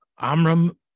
Amram